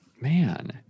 Man